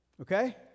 Okay